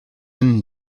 and